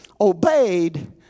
obeyed